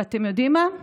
ואתם יודעים מה,